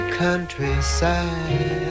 countryside